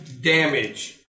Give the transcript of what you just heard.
damage